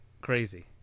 crazy